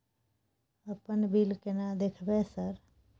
अपन बिल केना देखबय सर?